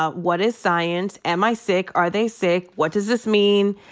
ah what is science? am i sick? are they sick? what does this mean?